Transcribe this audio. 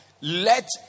let